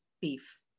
beef